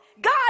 God